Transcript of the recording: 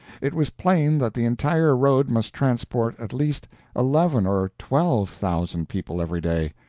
it was plain that the entire road must transport at least eleven or twelve thousand people every day.